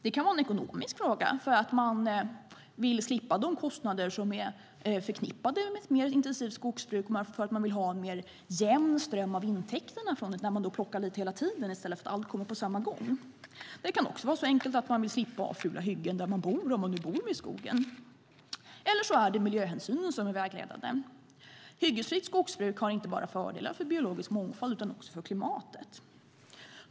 Det kan vara en ekonomisk fråga som är orsaken, till exempel att man vill slippa de kostnader som är förknippade med ett mer intensivt skogsbruk och för att man vill ha en mer jämn ström av intäkter när man plockar lite hela tiden i stället för att ta allt på samma gång. Det kan också vara så enkelt att man vill slippa ha fula hyggen där man bor om man själv bor vid skogen, eller så är det miljöhänsynen som är vägledande. Hyggesfritt skogsbruk erbjuder inte bara fördelar för den biologiska mångfalden utan också för klimatet.